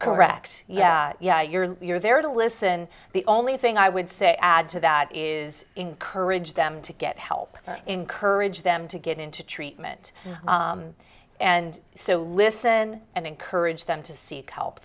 correct yeah yeah you're there to listen the only thing i would say add to that is encourage them to get help encourage them to get into treatment and so listen and encourage them to seek help